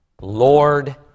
Lord